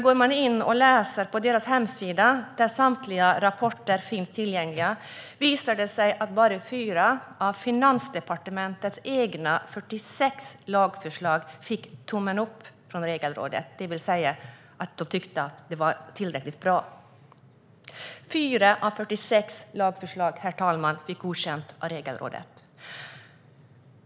Går man in och läser på deras hemsida, där samtliga rapporter finns tillgängliga, ser man dock att bara 4 av Finansdepartementets 46 lagförslag fick tummen upp från Regelrådet, det vill säga att de ansågs tillräckligt bra. 4 av 46 lagförslag, herr talman, fick godkänt av Regelrådet!